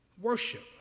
worship